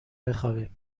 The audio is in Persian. بخوابیم